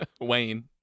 Wayne